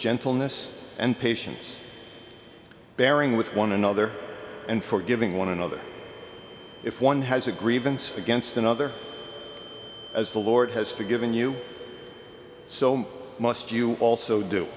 gentleness and patience bearing with one another and forgiving one another if one has a grievance against another as the lord has forgiven you so must you also do